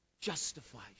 justifies